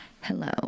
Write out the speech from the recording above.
Hello